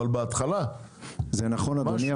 אבל בהתחלה --- זה נכון אדוני,